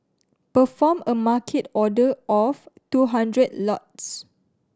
perform a Market order of two hundred lots